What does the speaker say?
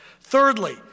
Thirdly